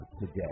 today